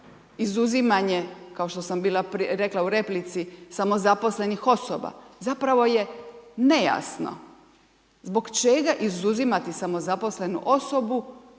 izuzimanje kao što sam rekla u replici samozaposlenih osoba zapravo je nejasno. Zbog čega izuzimati samozaposlenu osobu,